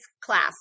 class